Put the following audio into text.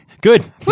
Good